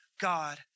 God